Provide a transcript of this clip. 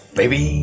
baby